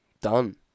Done